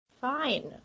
Fine